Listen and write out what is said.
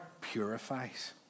purifies